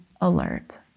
alert